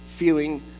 feeling